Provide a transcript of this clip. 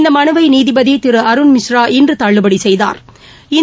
இந்த மனுவை நீதிபதி திரு அருண்மிஸ்ரா இன்று தள்ளுபடி செய்தாா்